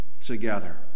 together